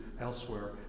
elsewhere